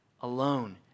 alone